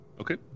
Okay